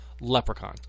Leprechaun